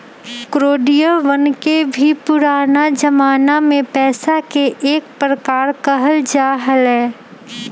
कौडियवन के भी पुराना जमाना में पैसा के एक प्रकार कहल जा हलय